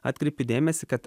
atkreipiu dėmesį kad